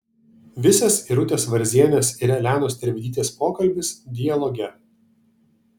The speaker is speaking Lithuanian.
visas irutės varzienės ir elenos tervidytės pokalbis dialoge